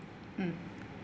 mm